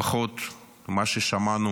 לפחות ממה ששמענו